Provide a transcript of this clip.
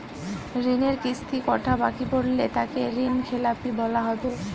ঋণের কিস্তি কটা বাকি পড়লে তাকে ঋণখেলাপি বলা হবে?